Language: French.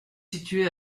situé